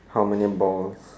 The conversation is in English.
how many balls